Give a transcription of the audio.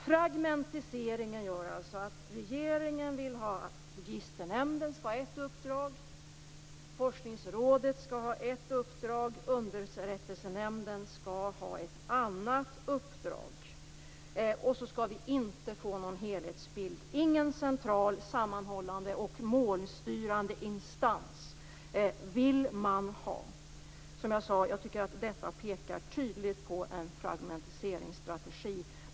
Fragmentiseringen gör alltså att regeringen vill att Registernämnden skall ha ett uppdrag, forskningsrådet ett och underrättelsenämnden ett. Vi skall inte få någon helhetsbild. Man vill inte ha någon central sammanhållande och målstyrande instans. Som jag sade tycker jag att detta tydligt pekar på en fragmentiseringsstrategi.